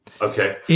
Okay